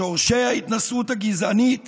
שורשי ההתנשאות הגזענית